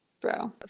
bro